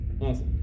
Awesome